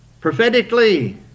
Prophetically